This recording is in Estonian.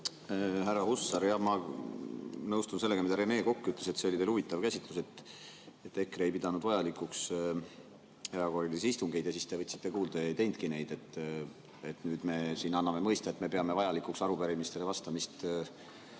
härra Hussar! Ma nõustun sellega, mida Rene Kokk ütles, et see oli teil huvitav käsitlus, et EKRE ei pidanud vajalikuks erakorralisi istungeid, ja siis te võtsite kuulda ja ei teinudki neid. Nüüd me anname mõista, et me peame vajalikuks arupärimistele vastamist õige